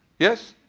yes,